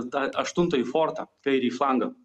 tą aštuntąjį fortą tai į flangą